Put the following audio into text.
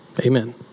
Amen